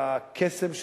לקסם שלה,